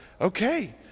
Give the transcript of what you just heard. okay